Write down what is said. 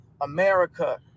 America